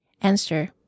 Answer